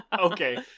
Okay